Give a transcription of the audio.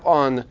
on